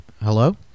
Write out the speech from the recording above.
hello